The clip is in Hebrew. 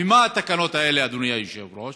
ומה התקנות האלה, אדוני היושב-ראש?